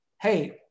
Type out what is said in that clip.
hey